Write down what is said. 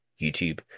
YouTube